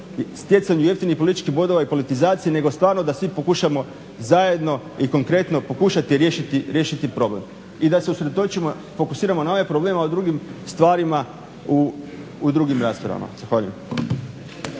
stjecanju jeftinih političkih bodova i politizacije nego stvarno da svi pokušamo zajedno i konkretno pokušamo riješiti problem i da se usredotočimo, fokusiramo na ovaj problem ali drugim stvarima u drugim raspravama. Zahvaljujem.